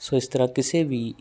ਸੋ ਇਸ ਤਰ੍ਹਾਂ ਕਿਸੇ ਵੀ